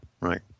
right